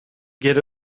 geri